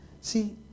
See